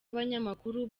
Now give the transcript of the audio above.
abanyamakuru